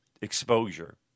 exposure